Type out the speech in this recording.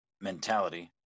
mentality